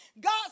God